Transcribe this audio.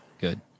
Good